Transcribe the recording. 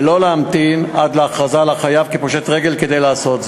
ולא להמתין עד להכרזה על החייב כפושט רגל כדי לעשות זאת.